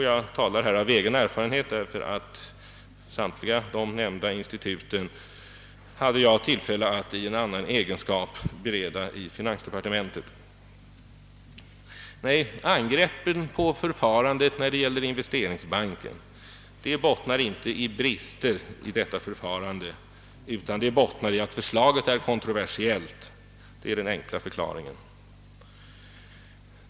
Jag talar av egen erfarenhet, därför att jag i annan egenskap i finansdepartementet haft tillfälle att bereda förslagen till samtliga de nämnda instituten. Nej, angreppen på förfarandet när det gäller investeringsbanken bottnar inte i brister hos själva förfarandet, utan i att förslaget är kontroversiellt. Det är den enkla förklaringen.